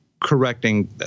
correcting